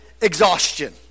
exhaustion